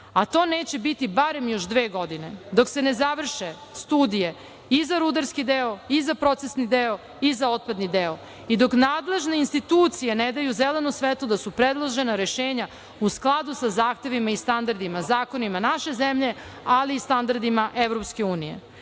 a to neće biti barem još dve godine dok se ne završe studije i za rudarski deo i za procesni deo i za otpadni deo i dok nadležne institucije ne daju zeleno svetlo da su predložena rešenja u skladu sa zahtevima i standardima zakonima naše zemlje, ali i standardima EU.